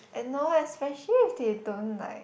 no especially if they don't like